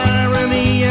irony